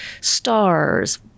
stars